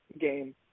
game